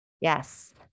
Yes